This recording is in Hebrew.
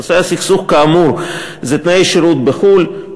נושא הסכסוך כאמור זה תנאי השירות בחו"ל,